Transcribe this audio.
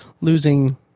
losing